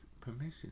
permission